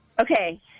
Okay